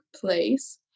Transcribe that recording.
place